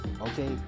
okay